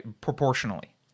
proportionally